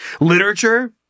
Literature